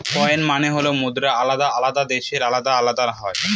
coin মানে হল মুদ্রা আলাদা আলাদা দেশে আলাদা আলাদা হয়